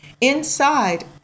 Inside